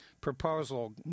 proposal